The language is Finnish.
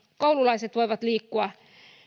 koululaiset voivat liikkua